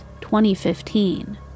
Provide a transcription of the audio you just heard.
2015